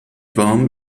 warm